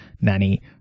Nanny